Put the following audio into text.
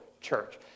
church